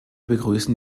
begrüßen